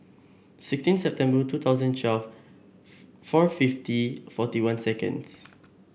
sixteen September two thousand and twelve four fifty forty one seconds